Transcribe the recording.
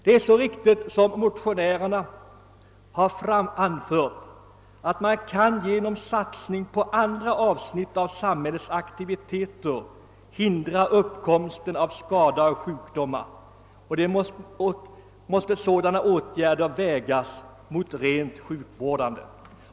Det är riktigt som motionärerna har anfört, att man genom satsning på andra av samhällets aktiviteter kan hindra uppkomsten av skada och sjukdom, och sådana åtgärder måste vägas mot de rent sjukvårdande.